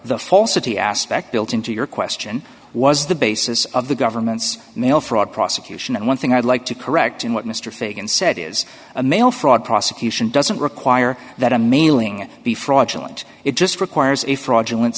the falsity aspect built into your question was the basis of the government's mail fraud prosecution and one thing i'd like to correct in what mr fagan said is a mail fraud prosecution doesn't require that a mailing be fraudulent it just requires a fraudulent